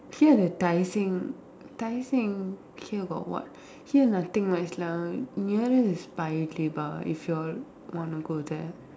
here the Tai Seng Tai Seng here got what here nothing nice lah nearest is Paya Lebar if you all want to go there